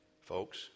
Folks